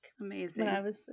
Amazing